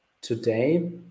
today